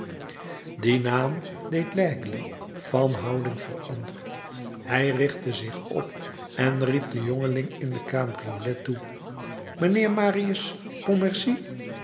die naam deed l'aigle van houding veranderen hij richtte zich op en riep den jongeling in de cabriolet toe mijnheer marius